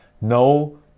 no